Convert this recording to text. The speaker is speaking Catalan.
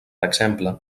exemple